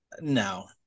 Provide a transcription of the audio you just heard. No